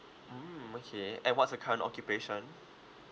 mm okay and what's your current occupation